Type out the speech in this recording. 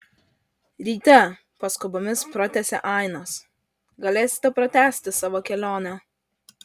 ryte paskubomis pratęsė ainas galėsite pratęsti savo kelionę